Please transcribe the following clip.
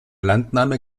landnahme